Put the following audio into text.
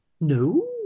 No